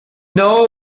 know